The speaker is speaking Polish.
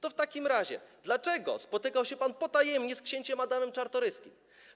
To w takim razie dlaczego spotykał się pan potajemnie z księciem Adamem Czartoryskim?